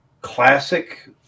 classic